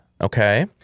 okay